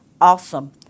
awesome